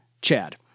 Chad